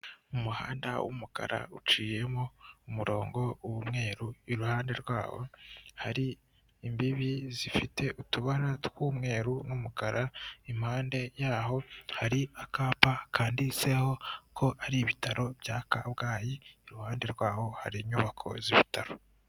Umuhanda w'umukara uciyemo umurongo w'umweru, iruhande rwawo hari imbibi zifite utubara tw'umweru n'umukara, impande yaho hari akapa kanditseho ko ari ibitaro bya Kabgayi, iruhande rwaho hari inyubako z'ibitaro.